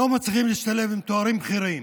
לא מצליחים להשתלב, עם תארים בכירים.